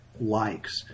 likes